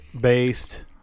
based